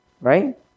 Right